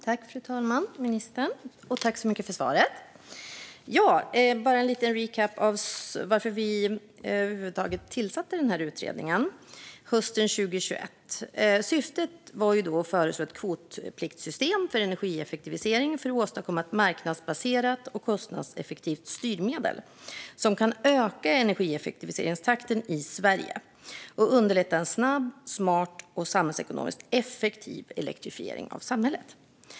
Fru talman och ministern! Tack så mycket för svaret! Jag ska bara göra en liten recap av varför vi över huvud taget tillsatte utredningen hösten 2021. Syftet var att föreslå ett kvotpliktssystem för energieffektivisering för att åstadkomma ett marknadsbaserat och kostnadseffektivt styrmedel som kan öka energieffektiviseringstakten i Sverige och underlätta en snabb, smart och samhällsekonomiskt effektiv elektrifiering av samhället.